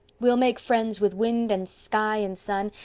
we'll make friends with wind and sky and sun,